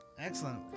Excellent